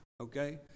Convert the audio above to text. okay